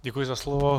Děkuji za slovo.